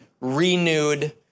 renewed